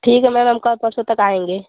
ठीक है मैम हम कल परसों तक आएँगे